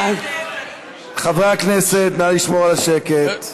חברי הכנסת, נא לשמור על השקט.